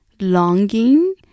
longing